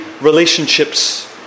relationships